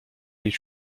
les